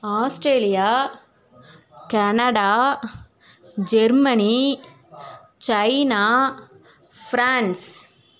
Australia Canada Germany China France